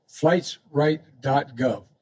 flightsright.gov